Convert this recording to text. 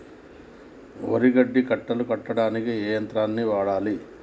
వరి గడ్డి కట్టలు కట్టడానికి ఏ యంత్రాన్ని వాడాలే?